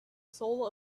soul